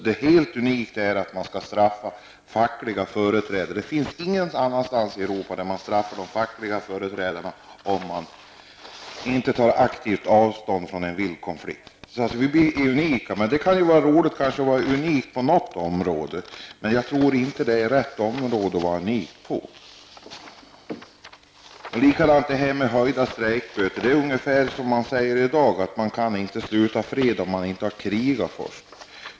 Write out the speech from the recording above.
Det helt unika är att man skall straffa fackliga företrädare. Ingen annanstans i Europa straffar man de fackliga företrädarna för att de inte tar aktivt avstånd från en vild konflikt. Vi i Sverige blir alltså unika. Det kan ju kanske vara roligt att vara unik på något område. Men jag tror inte att det är rätt område att vara unik på. En höjning av strejkböterna är ungefär det samma som när man säger att man inte kan sluta fred om man inte har krigat först.